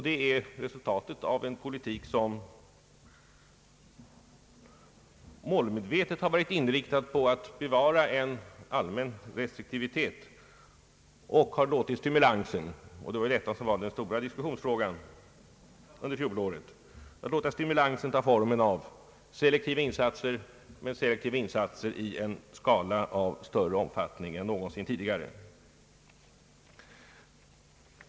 Det är resultatet av en politik som målmed vetet har varit inriktad på att bevara en allmän restriktivitet och som har låtit stimulansen — det var den stora diskussionsfrågan under fjolåret — ta formen av selektiva insatser i en skala av större omfattning än någonsin tidigare.